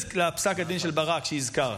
בניגוד לפסק הדין של ברק שהזכרת,